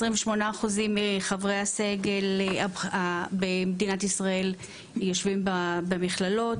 28% מחברי הסגל הבכיר במדינת ישראל יושבים במכללות,